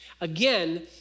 Again